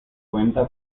cuenta